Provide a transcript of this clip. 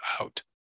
out